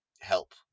help